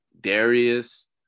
Darius